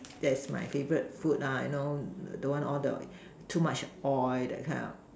that is my favourite food ah you know don't want all the too much oil that kind of